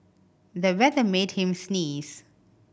the weather made him sneeze